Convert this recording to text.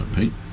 paint